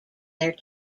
their